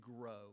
grow